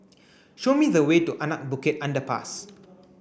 show me the way to Anak Bukit Underpass